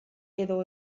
edo